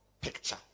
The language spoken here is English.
picture